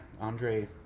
Andre